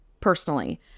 personally